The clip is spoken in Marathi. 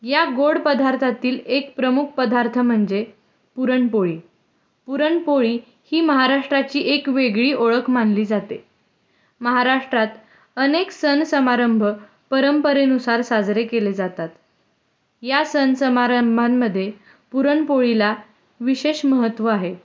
या गोड पदार्थातील एक प्रमुख पदार्थ म्हणजे पुरणपोळी पुरणपोळी ही महाराष्ट्राची एक वेगळी ओळख मानली जाते महाराष्ट्रात अनेक सण समारंभ परंपरेनुसार साजरे केले जातात या सण समारंभांमध्ये पुरणपोळीला विशेष महत्व आहे